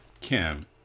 Kim